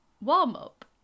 warm-up